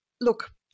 look